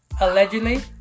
Allegedly